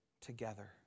together